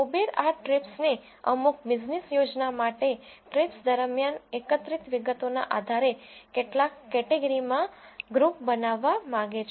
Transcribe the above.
Uber આ ટ્રિપ્સને અમુક બીઝનીસ યોજના માટે ટ્રિપ્સ દરમિયાન એકત્રિત વિગતોના આધારે કેટલાંક કેટેગરીમાં ગ્રુપ બનાવવા માગે છે